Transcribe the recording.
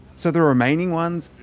so the remaining ones,